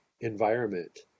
environment